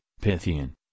Pythian